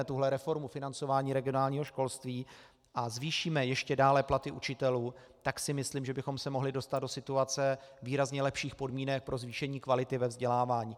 Čili pokud provedeme tuto reformu financování regionálního školství a zvýšíme ještě dále platy učitelů, tak si myslím, že bychom se mohli dostat do situace výrazně lepších podmínek pro zvýšení kvality ve vzdělávání.